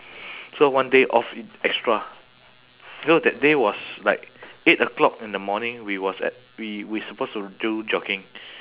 so one day off extra because that day was like eight o'clock in the morning we was at we we supposed to do jogging